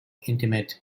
intimate